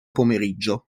pomeriggio